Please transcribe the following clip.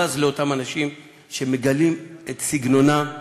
בז לאותם אנשים שמגלים את סגנונם,